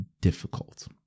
difficult